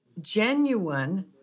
genuine